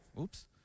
Oops